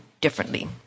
differently